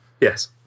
Yes